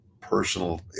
personal